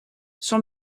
son